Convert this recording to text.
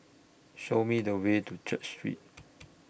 Show Me The Way to Church Street